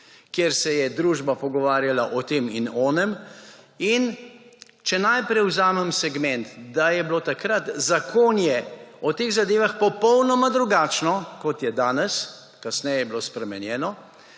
kjer se je družba pogovarjala o tem in onem, in če naprej vzamem segment, da je bilo takrat zakonje o teh zadevah popolno drugačno, kot je danes, kasneje je bilo spremenjeno,